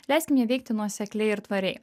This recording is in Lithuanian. leiskim jiem veikti nuosekliai ir tvariai